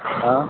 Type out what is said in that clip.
ஆ